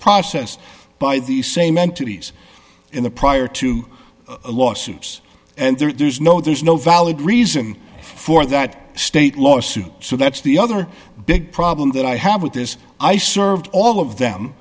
process by the same entities in the prior to lawsuits and there's no there's no valid reason for that state lawsuit so that's the other big problem that i have with this i served all of them